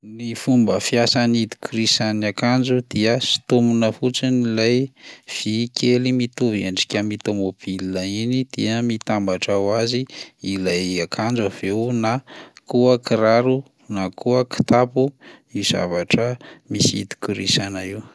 Ny fomba fiasan'ny hidikorisan'ny akanjo dia: sintomina fotsiny ilay vy kely mitovy endrika amy tomobila iny dia mitambatra ho azy ilay akanjo avy eo na koa kiraro na koa kitapo io zavatra misy hidikorisana io.